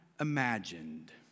imagined